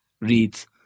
reads